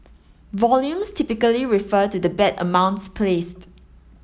volumes typically refer to the bet amounts placed